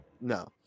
no